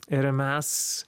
ir mes